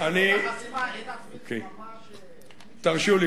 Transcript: תרשו לי, חברי.